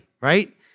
right